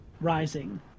rising